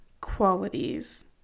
qualities